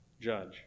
judge